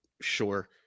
Sure